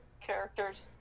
characters